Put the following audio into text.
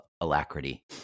alacrity